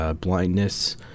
Blindness